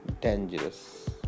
dangerous